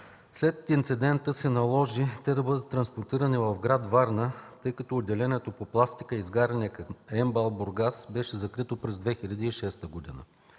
След инцидента се наложи те да бъдат транспортирани в град Варна, тъй като отделението по пластика и изгаряния към МБАЛ – Бургас беше закрито през 2006 г.